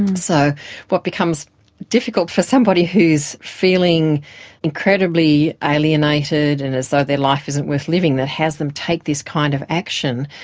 so what becomes difficult for somebody who is feeling incredibly alienated and as though their life isn't worth living, that has them take this kind of action,